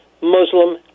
Muslim